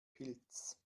pilz